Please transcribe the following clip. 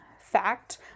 fact